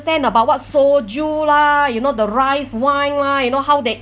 about what soju la you know the rice wine lah you know how they